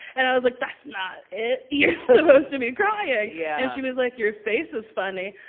and i was like, that's not it you're supposed to be crying yeah and she was like, your face is funny